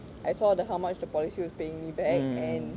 I saw the how much the policy was paying me back and